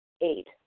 Eight